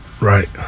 Right